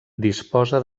disposa